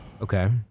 Okay